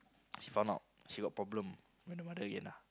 she found out she got problem when the mother again ah